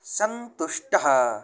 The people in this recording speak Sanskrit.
सन्तुष्टः